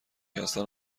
هستن